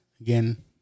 again